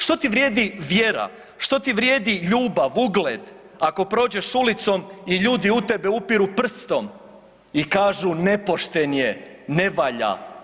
Što ti vrijedi vjera, što ti vrijedi ljubav, ugled ako prođeš ulicom i ljudi u tebe upiru prstom i kažu nepošten je, ne valja.